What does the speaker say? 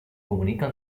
comunica